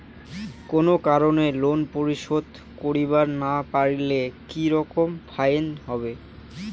কোনো কারণে লোন পরিশোধ করিবার না পারিলে কি রকম ফাইন হবে?